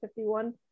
51